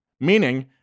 meaning